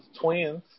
twins